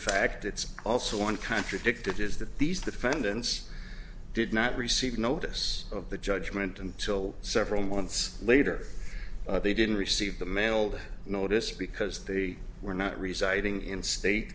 fact it's also one contradicted is that these the fenton's did not receive notice of the judgement until several months later they didn't receive the mailed notice because they were not residing in state